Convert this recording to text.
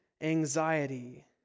anxiety